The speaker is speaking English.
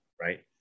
right